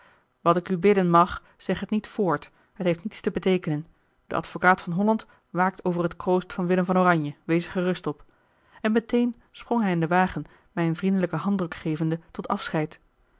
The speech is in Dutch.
wat ik u bidden mag zeg het niet voort het heeft niets te beteekenen de advocaat van holland waakt over het kroost van willem van oranje wees er gerust op en metéén sprong hij in den wagen mij een vriendelijken handdruk gevende tot afscheid